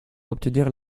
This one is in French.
obtenir